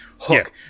hook